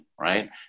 right